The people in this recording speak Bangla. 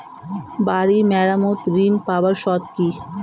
বাড়ি মেরামত ঋন পাবার শর্ত কি?